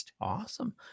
Awesome